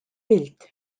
pilt